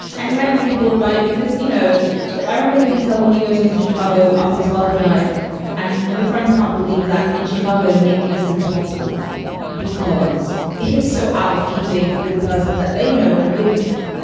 and he hadn't really thought about it because, you know, the way i remember the dl when he goes home to chicago after his father dies and the friends can't believe that in chicago, nick is the responsible one because it's so out of keeping with the person that they know and live with.